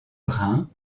brun